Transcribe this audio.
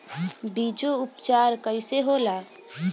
बीजो उपचार कईसे होला?